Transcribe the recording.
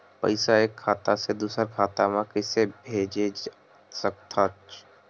पईसा एक खाता से दुसर खाता मा कइसे कैसे भेज सकथव?